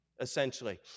essentially